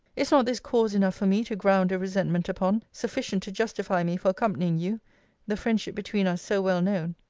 is not this cause enough for me to ground a resentment upon, sufficient to justify me for accompanying you the friendship between us so well known?